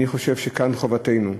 אני חושב שכאן חובתנו.